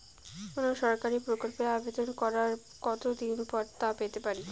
কোনো সরকারি প্রকল্পের আবেদন করার কত দিন পর তা পেতে পারি?